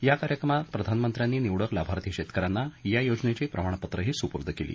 या कार्यक्रमात प्रधानमंत्र्यांनी निवडक लाभार्थी शेतकऱ्यांना या योजनेची प्रमाणपत्रंही सुपूर्द केली